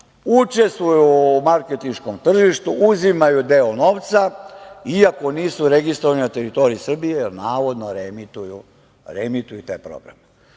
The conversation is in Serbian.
učestvuju u marketinškom tržištu, uzimaju deo novca iako nisu registrovani na teritoriji Srbije, jer navodno reemituju taj program. To